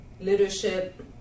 leadership